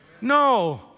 No